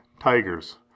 tigers